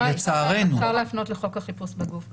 אפשר להפנות לחוק החיפוש בגוף --- בסדר.